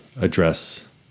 address